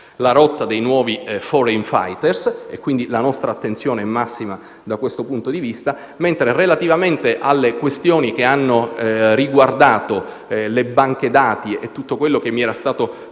la rotta dei nuovi *foreign fighter*. La nostra attenzione è massima da questo punto di vista. Relativamente alle questioni che hanno riguardato le banche dati e quanto mi ero stato